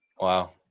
Wow